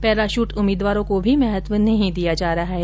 parachute उम्मीदवारों को भी महत्व नहीं दिया जा रहा है